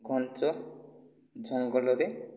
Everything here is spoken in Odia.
ଘଞ୍ଚ ଜଙ୍ଗଲରେ